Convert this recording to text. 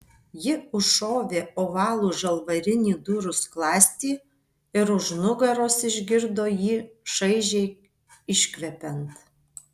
ji užšovė ovalų žalvarinį durų skląstį ir už nugaros išgirdo jį šaižiai iškvepiant